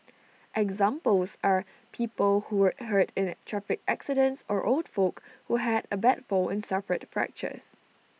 examples are people who were hurt in traffic accidents or old folk who had A bad fall and suffered fractures